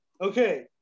Okay